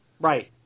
Right